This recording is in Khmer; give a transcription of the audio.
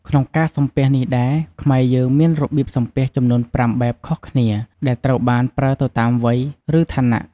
ក្នុងការសំពះនេះដែរ ខ្មែរយើងមានរបៀបសំពះចំនួនប្រាំបែបខុសគ្នា ដែលត្រូវបានប្រើទៅតាមវ័យ ឬឋានៈ។